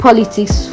Politics